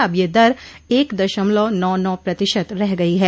अब यह दर एक दशमलव नौ नौ प्रतिशत रह गई है